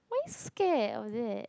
why scared of it